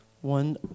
one